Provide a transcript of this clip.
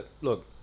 Look